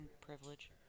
privilege